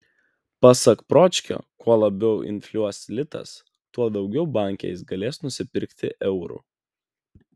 pasak pročkio kuo labiau infliuos litas tuo daugiau banke jis galės nusipirkti eurų